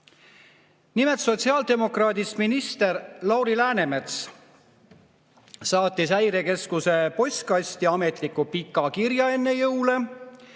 Nimelt, sotsiaaldemokraadist minister Lauri Läänemets saatis Häirekeskuse postkasti ametliku pika kirja enne jõule,